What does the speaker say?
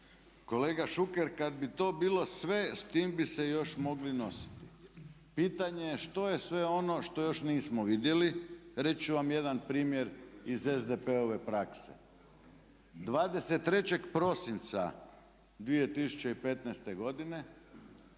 Kolega Šuker kad bi to bilo sve s tim bi se još mogli nositi. Pitanje je što je sve ono što još nismo vidjeli? Reći ću vam jedan primjer iz SDP-ove prakse, 23. prosinca 2015. godine